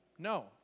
No